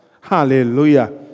Hallelujah